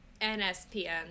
NSPN